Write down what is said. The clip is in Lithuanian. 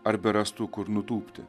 arba berastų kur nutūpti